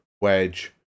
Wedge